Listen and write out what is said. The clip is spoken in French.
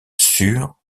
sur